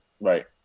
Right